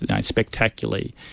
spectacularly